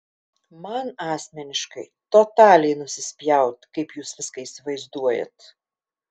man asmeniškai totaliai nusispjaut kaip jūs viską įsivaizduojat